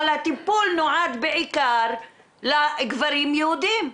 אבל הטיפול נועד בעיקר לגברים יהודים.